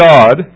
God